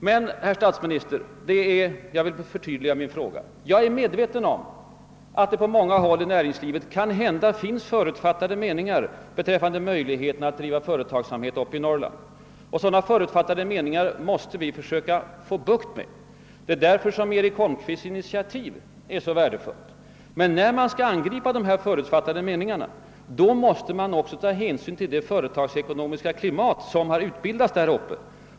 Men, herr statsminister, jag vill förtydliga min fråga. Jag är medveten om att det på många håll i näringslivet måhända finns förutfattade meningar om möjligheterna att bedriva företagsamhet i Norrland. I den mån sådana förutfattade meningar finns, måste vi försöka få bukt med dem. Därför är inrikesminis ter Holmqvists initiativ så värdefullt. Men när man skall angripa problemet måste man också ta hänsyn till det företagsekonomiska klimat som har utbildats där uppe.